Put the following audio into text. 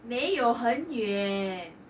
没有很远